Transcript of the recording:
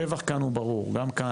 הרווח כאן הוא ברור, גם כאן.